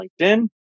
LinkedIn